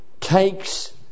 takes